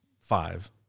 five